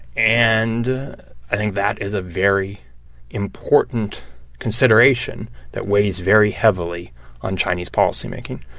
and i think that is a very important consideration that weighs very heavily on chinese policymaking.